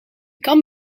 kan